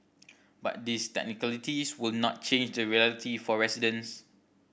but these technicalities would not change the reality for residents